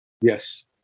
yes